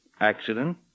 Accident